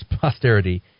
posterity